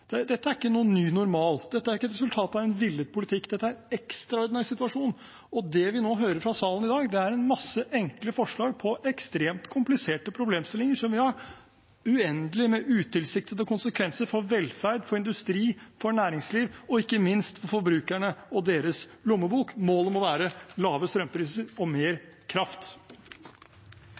Dette er ikke noen ny normal, dette er ikke et resultat av en villet politikk, dette er en ekstraordinær situasjon. Det vi nå hører fra salen i dag, er en masse enkle forslag på ekstremt kompliserte problemstillinger som vil ha uendelig med utilsiktede konsekvenser for velferd, for industri, for næringsliv og ikke minst for forbrukerne og deres lommebok. Målet må være lave strømpriser og mer kraft.